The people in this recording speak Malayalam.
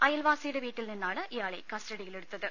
അയൽവാസിയുടെ വീട്ടിൽ നിന്നാണ് ഇയാളെ കസ്റ്റഡിയിലെടുത്തത്